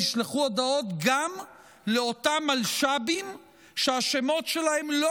נשלחו הודעות גם לאותם מלש"בים שהשמות שלהם לא